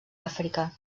àfrica